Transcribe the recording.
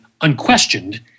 unquestioned